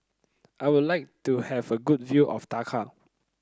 I would like to have a good view of Dhaka